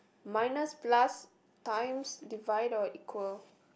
minus plus times divide or equal